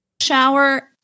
Shower